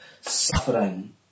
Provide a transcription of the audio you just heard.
suffering